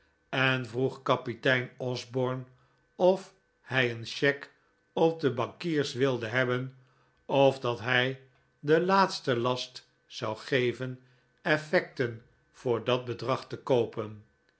en vroeg kapitein osborne of hij een cheque op de bankiers wilde hebben of dat hij de laatsten last zou geven effecten voor dat bedrag te koopen